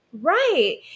Right